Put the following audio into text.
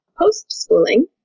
post-schooling